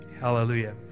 Hallelujah